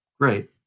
Great